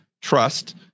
trust